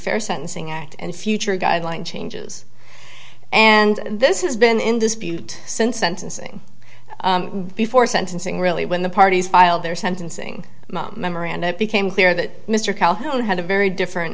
fair sentencing act and future guideline changes and this has been in dispute since sentencing before sentencing really when the parties filed their sentencing memoranda it became clear that mr calhoun had a very different